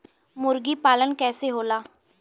मुर्गी पालन कैसे होला?